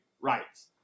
rights